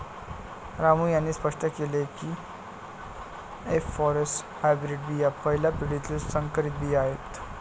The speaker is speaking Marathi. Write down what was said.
रामू यांनी स्पष्ट केले की एफ फॉरेस्ट हायब्रीड बिया पहिल्या पिढीतील संकरित बिया आहेत